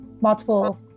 multiple